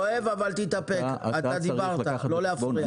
כואב, אבל תתאפק, אתה דיברת, לא להפריע.